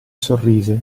sorrise